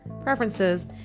preferences